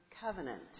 covenant